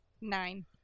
Nine